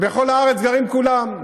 ובכל הארץ גרים כולם.